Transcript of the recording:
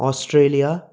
Australia